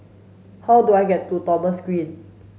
how do I get to Thomson Green